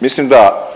Mislim da